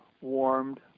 warmed